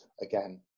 again